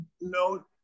no